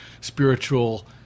spiritual